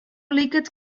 liket